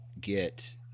get